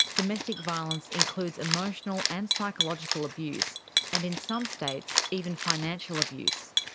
domestic violence includes emotional and psychological abuse and, in some states, even financial abuse.